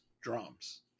drums